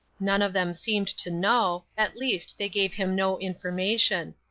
none of them seemed to know at least they gave him no information.